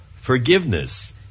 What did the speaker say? Forgiveness